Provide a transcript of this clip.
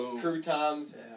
croutons